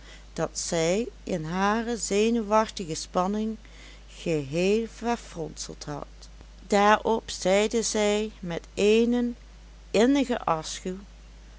dat zij in hare zenuwachtige spanning geheel verfronseld had daarop zeide zij met eenen innigen